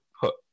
put